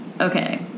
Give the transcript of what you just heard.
Okay